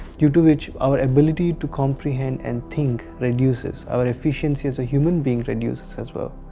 due to which our ability to comprehend and think reduces, our efficiency as a human being reduces as well.